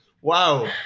wow